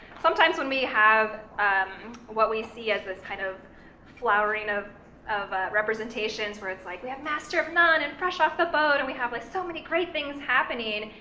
sometimes when we have what we see as this kind of flowering of of representations where it's like, we have master of none, and fresh off the boat, and we have, like, so many great things happening,